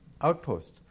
outpost